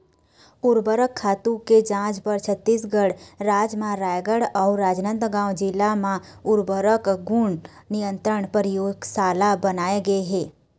उरवरक खातू के जांच बर छत्तीसगढ़ राज म रायगढ़ अउ राजनांदगांव जिला म उर्वरक गुन नियंत्रन परयोगसाला बनाए गे हे